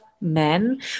men